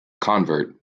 convert